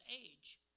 age